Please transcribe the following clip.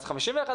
אז נכון להיום,